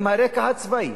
עם הרקע הצבאי,